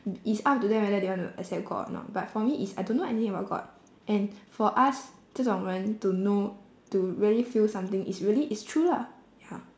it's up to them whether they want to accept god or not but for me is I don't know anything about god and for us 这种人 to know to really feel something is really it's true lah ya